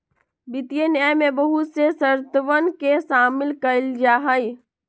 वित्तीय न्याय में बहुत से शर्तवन के शामिल कइल जाहई